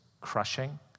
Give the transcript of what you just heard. crushing